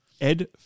Ed